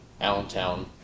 Allentown